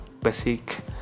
basic